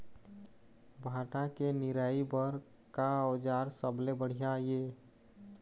भांटा के निराई बर का औजार सबले बढ़िया ये?